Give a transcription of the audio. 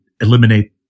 eliminate